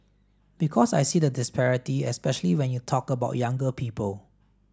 because I see the disparity especially when you talk about younger people